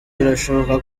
birashoboka